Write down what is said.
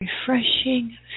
refreshing